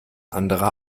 andere